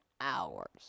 hours